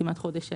כמעט חודש שלם.